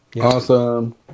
Awesome